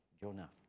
Jonah